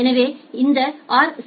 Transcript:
எனவே இந்த ரூ